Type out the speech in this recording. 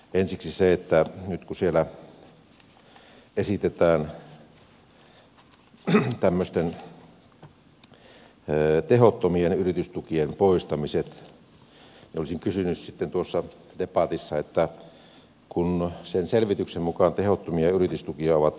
ensiksi se että nyt kun siellä esitetään tehottomien yritystukien poistamista olisin kysynyt siitä tuossa debatissa kun sen selvityksen mukaan tehottomia yritystukia ovat seuraavat